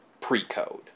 pre-code